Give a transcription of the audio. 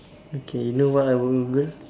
okay know what I will Google